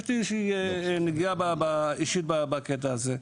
יש לי נגיעה אישית בקטע הזה.